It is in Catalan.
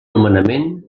nomenament